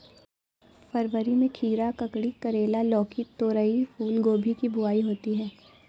फरवरी में खीरा, ककड़ी, करेला, लौकी, तोरई, फूलगोभी की बुआई होती है